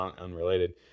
unrelated